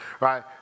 right